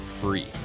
free